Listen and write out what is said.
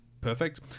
perfect